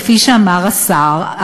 כפי שאמר השר,